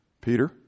Peter